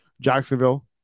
Jacksonville